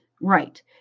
right